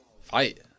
Fight